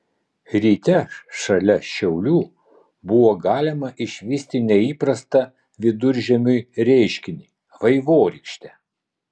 ryte šalia šiaulių buvo galima išvysti neįprastą viduržiemiui reiškinį vaivorykštę